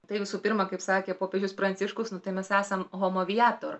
tai visų pirma kaip sakė popiežius pranciškus nu tai mes esam homovijator